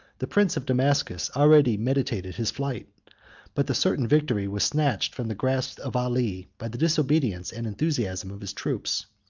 the prince of damascus already meditated his flight but the certain victory was snatched from the grasp of ali by the disobedience and enthusiasm of his troops.